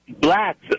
blacks